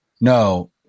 No